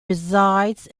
resides